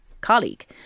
colleague